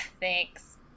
thanks